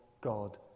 God